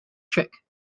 trick